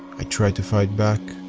i tried to fight back,